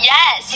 Yes